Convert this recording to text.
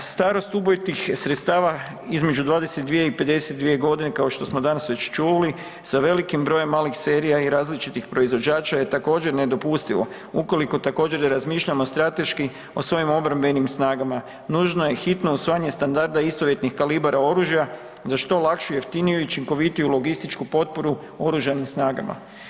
Starost ubojitih sredstava između 22.i 52.g. kao što smo danas već čuli sa sa velikim brojem malih serija i različitih proizvođača je također, nedopustivo, ukoliko također, razmišljamo strateški o svojim obrambenim snagama, nužno je hitno usvajanje standarda istovjetnih kalibara oružja za što lakši, jeftiniju i učinkovitiju logističku potporu Oružanim snagama.